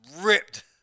ripped